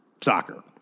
soccer